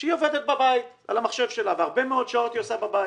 שהיא עובדת בבית על המחשב שלה והרבה מאוד שעות היא עושה בבית,